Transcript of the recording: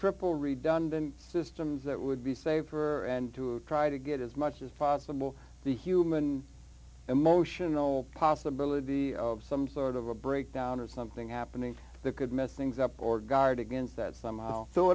triple redundant systems that would be safer and to try to get as much as possible the human emotional possibility of some sort of a breakdown or something happening to the good missings up or guard against that somehow